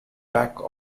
peck